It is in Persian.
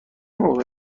موقع